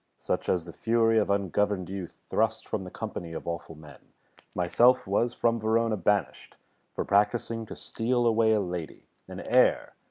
such as the fury of ungovern'd youth thrust from the company of awful men myself was from verona banished for practising to steal away a lady, an heir,